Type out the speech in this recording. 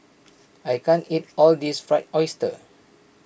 I can't eat all of this Fried Oyster